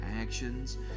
actions